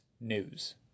news